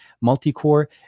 multi-core